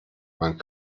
man